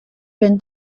been